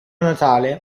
natale